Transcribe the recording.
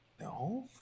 no